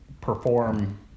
perform